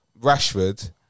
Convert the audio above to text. Rashford